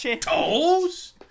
toes